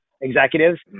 executives